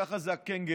ככה זה הקנגורו.